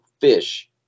fish